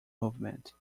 movement